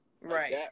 Right